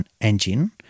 engine